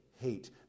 Hate